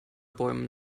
bäumen